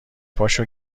پاشو